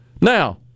Now